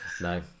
No